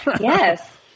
Yes